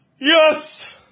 Yes